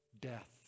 death